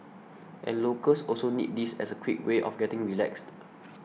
and locals also need this as a quick way of getting relaxed